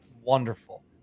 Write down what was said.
wonderful